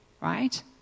right